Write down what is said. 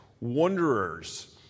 wanderers